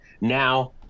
now